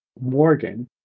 Morgan